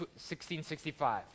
1665